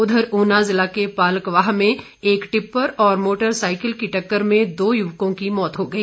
उधर ऊना जिला के पालकवाह में एक टिप्पर और मोटर साईकिल की टक्कर में दो युवकों की मौत हो गई